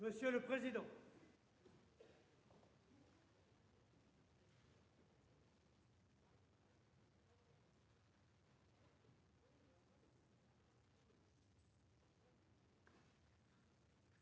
Monsieur le président,